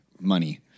money